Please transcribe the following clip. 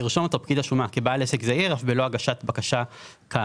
ירשום אותו פקיד השומה כבעל עסק זעיר אף בלא הגשת בקשה כאמור.